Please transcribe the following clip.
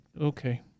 okay